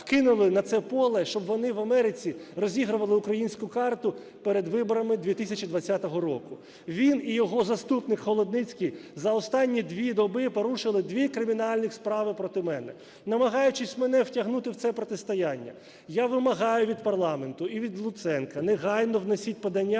вкинули на це поле, щоб вони в Америці розігрували українську карту перед виборами 2020 року. Він і його заступник Холодницький за останні 2 доби порушили 2 кримінальних справи проти мене, намагаючись мене втягнути в це протистояння. Я вимагаю від парламенту і від Луценка: негайно внесіть подання